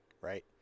Right